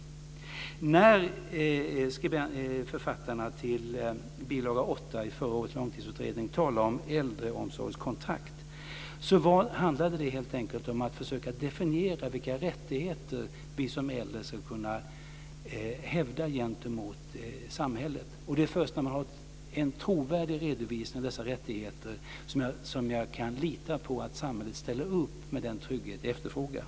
När författarna till bilaga 8 i förra årets långtidsutredning talade om äldreomsorgskontrakt så handlade det helt enkelt om att försöka definiera vilka rättigheter vi som äldre ska kunna hävda gentemot samhället. Det är först när man har en trovärdig redovisning av dessa rättigheter som man kan lita på att samhället ställer upp med den trygghet man efterfrågar.